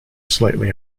slightly